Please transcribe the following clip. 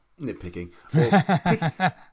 Nitpicking